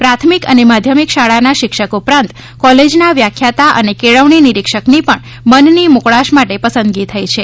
પ્રાથમિક અને માધ્યમિક શાળાના શિક્ષક ઉપરાંત કોલેજના વ્યાખ્યાતા અને કેળવણી નિરીક્ષકની પણ મનની મોકળાશ માટે પસંદગી થઇ છે